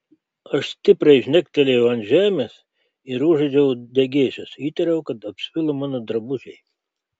aš stipriai žnektelėjau ant žemės ir užuodžiau degėsius įtariau kad apsvilo mano drabužiai